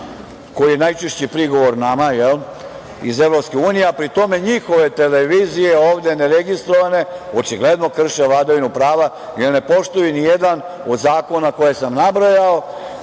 koji je najčešći prigovor nama, jel, iz Evropske unije, a pri tome njihove televizije ovde neregistrovane očigledno krše vladavinu prava jer ne poštuju nijedan od zakona koje sam nabrojao. Sledeće